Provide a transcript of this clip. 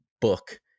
book